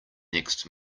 next